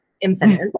infinite